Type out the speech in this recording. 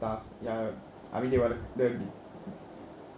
stuff ya I mean they are the the